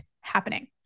happening